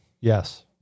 Yes